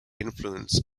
influence